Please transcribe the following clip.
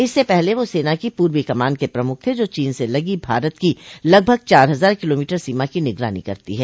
इससे पहले वह सेना की पूर्वी कमान के प्रमुख थे जो चीन से लगी भारत की लगभग चार हजार किलोमीटर सीमा की निगरानी करती है